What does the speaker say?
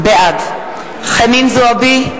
בעד חנין זועבי,